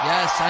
Yes